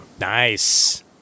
Nice